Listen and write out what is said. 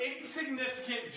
insignificant